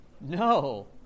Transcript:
No